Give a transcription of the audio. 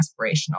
aspirational